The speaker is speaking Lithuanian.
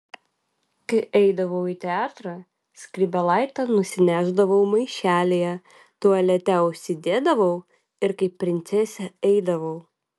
kai eidavau į teatrą skrybėlaitę nusinešdavau maišelyje tualete užsidėdavau ir kaip princesė eidavau